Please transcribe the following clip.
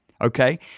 Okay